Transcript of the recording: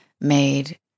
made